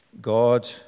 God